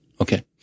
Okay